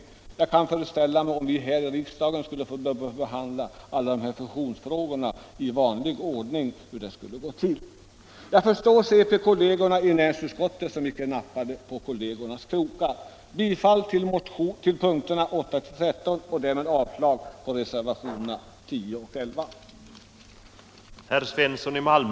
Jag har svårt att föreställa mig hur det skulle gå till att behandla alla fusionsfrågorna ”i vanlig ordning” här i riksdagen. Jag förstår centerledamöterna i näringsutskottet som inte nappade på partivännernas krokar.